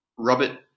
Robert